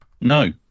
no